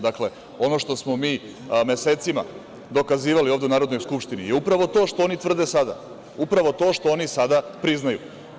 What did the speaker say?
Dakle, ono što smo mi mesecima dokazivali ovde u Narodnoj skupštini i upravo to što oni tvrde sada, upravo to što oni sada priznaju.